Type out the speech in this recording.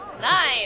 Nine